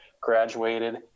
graduated